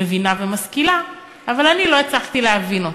מבינה ומשכילה, אבל אני לא הצלחתי להבין אותה.